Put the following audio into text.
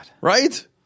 Right